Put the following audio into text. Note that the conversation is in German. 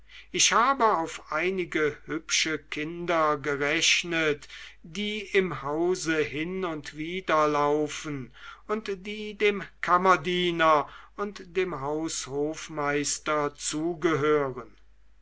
ich habe auf einige hübsche kinder gerechnet die im hause hin und wider laufen und die dem kammerdiener und dem haushofmeister zugehören